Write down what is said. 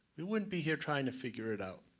we wouldn't be here trying to figure it out.